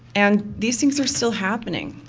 and these things are still happening.